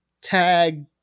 tag